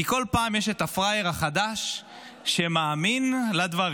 כי כל פעם יש את הפראייר החדש שמאמין לדברים.